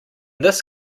this